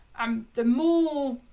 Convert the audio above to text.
um the more